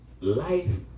life